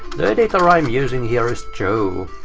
the editor i'm using here is joe.